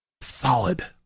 Solid